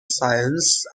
science